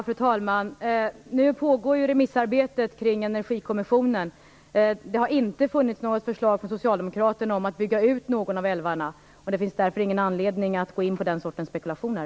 Fru talman! Remissarbetet kring Energikommissionen pågår. Det har inte funnits något förslag från Socialdemokraterna om att bygga ut någon av älvarna, och det finns därför ingen anledning att gå in på den sortens spekulationer.